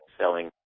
selling